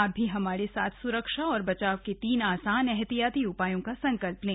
आप भी हमारे साथ सुरक्षा और बचाव के तीन आसान एहतियाती उपायों का संकल्प लें